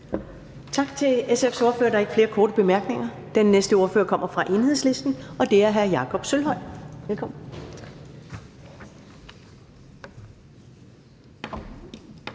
Tak til SF's ordfører. Der er ikke flere korte bemærkninger. Den næste ordfører kommer fra Enhedslisten, og det er hr. Jakob Sølvhøj. Velkommen.